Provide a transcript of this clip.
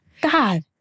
God